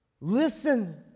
Listen